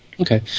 Okay